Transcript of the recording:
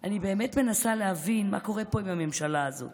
עם הממשלה הזאת.